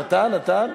נתן, נתן.